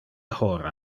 hora